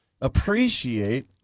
appreciate